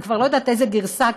אני לא יודעת איזו גרסה,